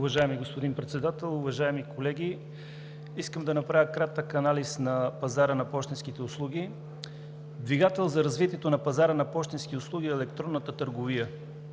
Уважаеми господин Председател, уважаеми колеги! Искам да направя кратък анализ на пазара на пощенските услуги. Двигател за развитието на пазара на пощенски услуги е електронната търговия.